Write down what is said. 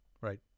right